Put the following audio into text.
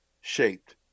shaped